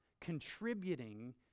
contributing